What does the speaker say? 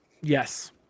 Yes